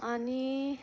आनी